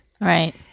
right